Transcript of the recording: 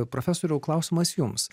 profesoriau klausimas jums